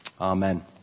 Amen